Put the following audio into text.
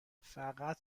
فقط